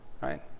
right